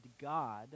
God